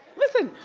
listen,